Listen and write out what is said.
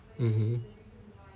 mmhmm